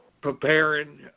preparing